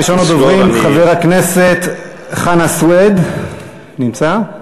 ראשון הדוברים, חבר הכנסת חנא סוייד, נמצא?